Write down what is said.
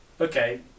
okay